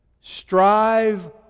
Strive